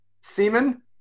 Semen